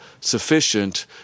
sufficient